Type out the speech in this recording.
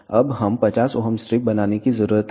अब हम 50 Ω स्ट्रिप बनाने की जरूरत है